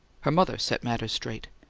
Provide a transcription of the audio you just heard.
her mother set matters straight.